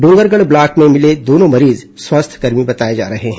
Dongargarh block में मिले दोनों मरीज स्वास्थ्यकर्मी बताए जा रहे हैं